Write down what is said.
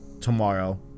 tomorrow